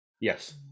Yes